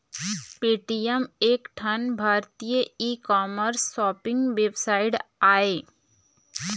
Paytm एक ठन भारतीय ई कामर्स सॉपिंग वेबसाइट आय